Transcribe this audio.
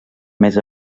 més